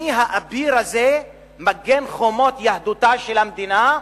מי האביר הזה, מגן חומות יהדותה של המדינה,